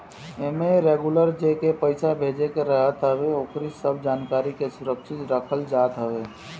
एमे रेगुलर जेके पईसा भेजे के रहत हवे ओकरी सब जानकारी के सुरक्षित रखल जात हवे